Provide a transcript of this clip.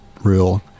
real